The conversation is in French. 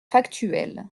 factuelle